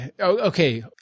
Okay